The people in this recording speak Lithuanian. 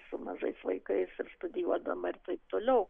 su mažais vaikais ir studijuodama ir taip toliau